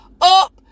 up